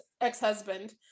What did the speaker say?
ex-husband